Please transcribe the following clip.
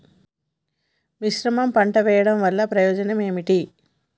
మిశ్రమ పంట వెయ్యడం వల్ల ప్రయోజనం ఏమిటి?